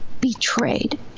betrayed